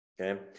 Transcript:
Okay